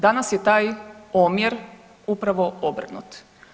Danas je taj omjer upravo obrnut.